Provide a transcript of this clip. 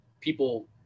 people